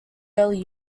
early